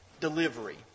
delivery